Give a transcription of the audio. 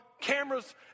cameras